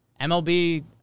MLB